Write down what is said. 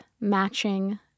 matching